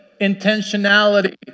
intentionality